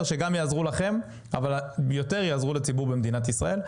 שגם יעזרו לכם אבל יותר יעזרו לציבור במדינת ישראל,